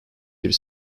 bir